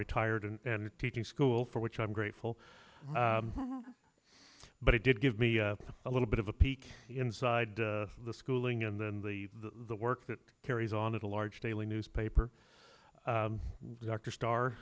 retired and teaching school for which i'm grateful but it did give me a little bit of a peek inside the schooling and then the work that carries on it a large daily newspaper dr star